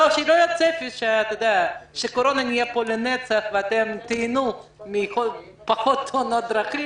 שלא יהיה צפי שהקורונה תהיה פה לנצח ואתם תיהנו מפחות תאונות דרכים,